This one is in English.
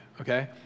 okay